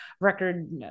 record